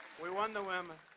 we won the women.